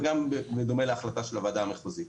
וגם בדומה להחלטה של הוועדה המחוזית.